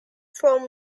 from